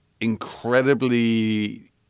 incredibly